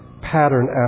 pattern